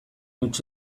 huts